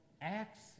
acts